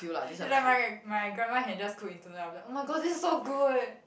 is like my my grandma can just cook in tonight then I'll be like oh-my-god this is so good